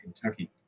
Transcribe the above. Kentucky